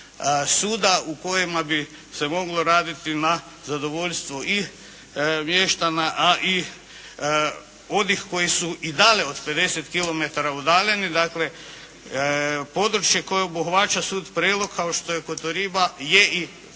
suda u kojima bi se moglo raditi na zadovoljstvo i mještana a i onih koji su i dale od 50 km udaljeni, dakle, područje koje obuhvaća sud Prelog kao što je Kotoriba je i